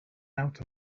out